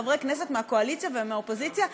חברי כנסת מהקואליציה ומהאופוזיציה,